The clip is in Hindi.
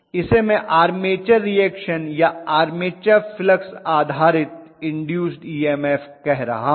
इसे मैं आर्मेचर रिएक्शन या आर्मेचर फ्लक्स आधारित इन्दूस्ड ईएमएफ induced EMF कह रहा हूं